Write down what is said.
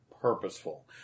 purposeful